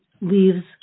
leaves